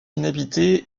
inhabitée